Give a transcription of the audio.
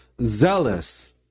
zealous